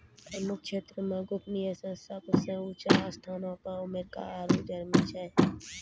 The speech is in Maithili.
कर मुक्त क्षेत्रो मे गोपनीयता मे सभ से ऊंचो स्थानो पे अमेरिका आरु जर्मनी छै